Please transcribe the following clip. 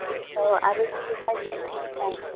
so i will see you guys next week then.